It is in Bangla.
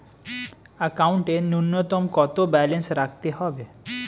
একাউন্টে নূন্যতম কত ব্যালেন্স রাখতে হবে?